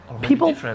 People